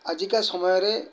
ଆଜିକା ସମୟରେ